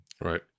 Right